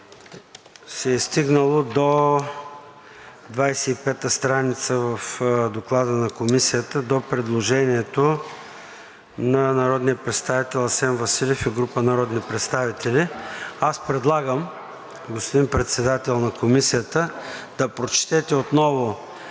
се е стигнало до 25 страница от Доклада на Комисията до предложението на народния представител Асен Василев и група народни представители. Аз предлагам, господин Председател на Комисията, да прочетете отново